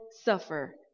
suffer